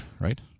right